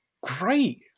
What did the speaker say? great